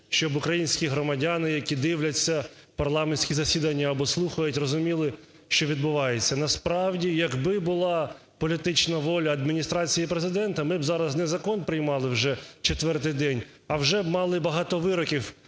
щоб українські громадяни, які дивляться парламентське засіданні або слухають, розуміли, що відбувається. Насправді як би була політична воля Адміністрації Президента, ми б зараз не закон приймали вже четвертий день, а вже мали б багато вироків,